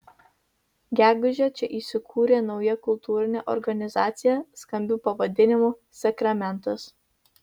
gegužę čia įsikūrė nauja kultūrinė organizacija skambiu pavadinimu sakramentas